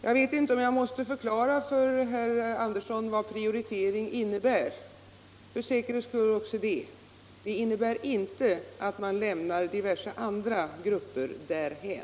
Jag vet inte om jag också måste förklara för herr Andersson vad prioritering innebär. För säkerhets skull också där: Det innebär inte att man lämnar diverse andra grupper därhän.